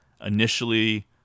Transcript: Initially